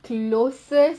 the closest